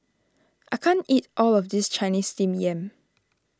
I can't eat all of this Chinese Steamed Yam